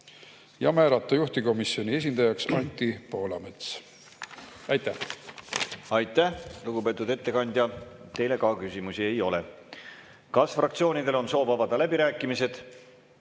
ja määrata juhtivkomisjoni esindajaks Anti Poolamets. Aitäh! Aitäh, lugupeetud ettekandja! Ka teile küsimusi ei ole. Kas fraktsioonidel on soovi avada läbirääkimised?